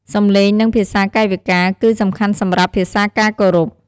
សំឡេង និងភាសាកាយវិការ គឹសំខាន់សំរាប់ភាសាការគោរព។